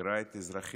מפקירה את האזרחים,